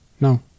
no